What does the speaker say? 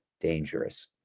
dangerous